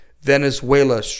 Venezuela